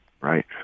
right